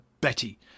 Betty